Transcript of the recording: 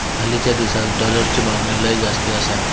हालीच्या दिसात डॉलरची मागणी लय जास्ती आसा